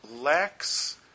lacks